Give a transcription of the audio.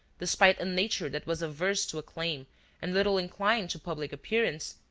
despite a nature that was averse to acclaim and little inclined to public appearance,